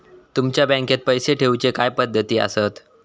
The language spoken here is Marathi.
तुमच्या बँकेत पैसे ठेऊचे काय पद्धती आसत?